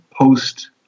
post